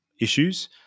issues